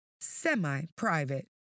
semi-private